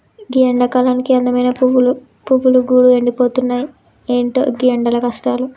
గీ ఎండకాలానికి అందమైన పువ్వులు గూడా ఎండిపోతున్నాయి, ఎంటో గీ ఎండల కష్టాలు